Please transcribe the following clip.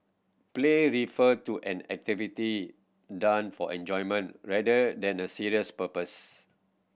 play refer to an activity done for enjoyment rather than a serious purpose